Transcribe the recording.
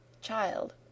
CHILD